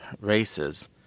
races